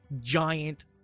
giant